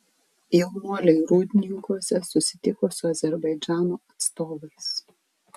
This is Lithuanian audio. jaunuoliai rūdninkuose susitiko su azerbaidžano atstovais